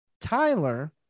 Tyler